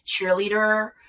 cheerleader